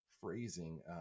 phrasing